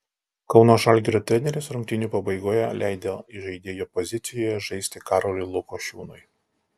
kauno žalgirio treneris rungtynių pabaigoje leido įžaidėjo pozicijoje žaisti karoliui lukošiūnui